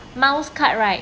miles card right